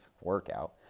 workout